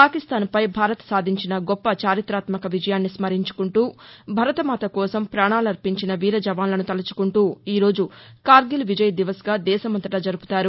పాకిస్తాన్పై భారత్ సాధించిన గొప్ప చారిత్రాత్మక విజయాన్ని స్మరించుకుంటూ భరతమాత కోసం ప్రాణాలర్పించిన వీరజవాస్లను తలుచుకుంటూ ఈరోజు కార్గిల్ విజయ్ దివస్గా దేశమంతటా జరుపుతారు